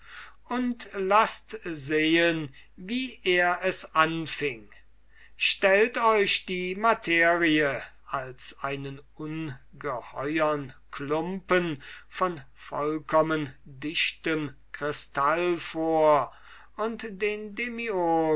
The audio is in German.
und laßt sehen wie er es anfing stellt euch die materie als einen ungeheuren klumpen von vollkommen dichtem krystall vor und den